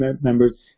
members